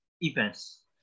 events